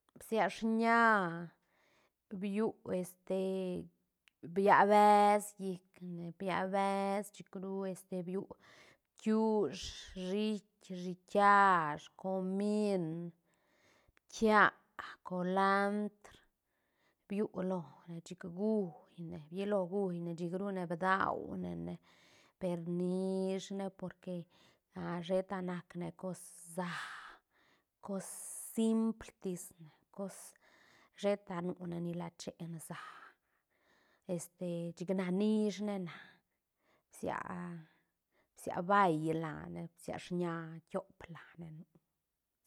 Bsia shiña bio este bia beës llicne bia beës chicru este viu bkiush shiit shiitkiash, comin, ptia, colandr, viu lone chic huyne, biyilone huyne chic rune bdaunene per nishne porque sheta nacne cos sä cos simpltisne cos sheta nune nila chen sä este chic na nishne na bsia- bsia bay lane bsia shiña kiop lane nu.